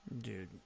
Dude